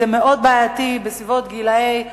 זה מאוד בעייתי בגיל 30 40,